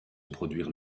produire